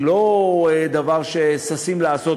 היא לא דבר שששים לעשות.